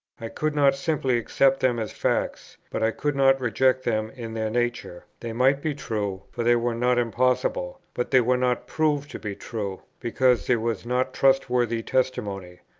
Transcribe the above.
i could not simply accept them as facts, but i could not reject them in their nature they might be true, for they were not impossible but they were not proved to be true, because there was not trustworthy testimony.